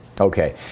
Okay